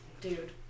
Dude